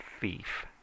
thief